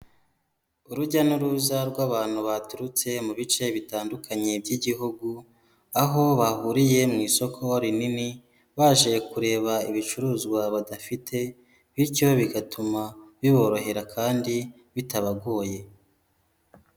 Urujya n'uruza rw'abantu baturutse mu bice bitandukanye by'igihugu, aho bahuriye mu isoko rinini, baje kureba ibicuruzwa badafite, bityo bigatuma biborohera kandi bitabagoye.